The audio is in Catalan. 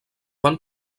van